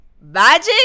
Magic